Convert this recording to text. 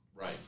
Right